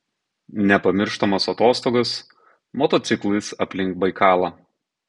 nepamirštamos atostogos motociklais aplink baikalą